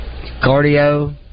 Cardio